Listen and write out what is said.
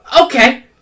okay